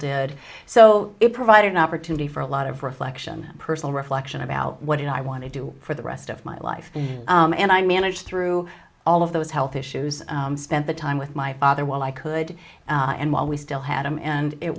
did so it provided an opportunity for a lot of reflection personal reflection about what did i want to do for the rest of my life and i manage through all of those health issues spent the time with my father while i could and while we still had him and it